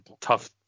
tough